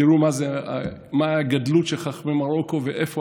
תראו מה הגדלות של חכמי מרוקו ואיפה,